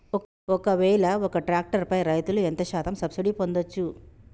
ఒక్కవేల ఒక్క ట్రాక్టర్ పై రైతులు ఎంత శాతం సబ్సిడీ పొందచ్చు?